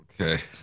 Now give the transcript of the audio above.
Okay